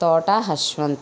తోట హశ్వంత్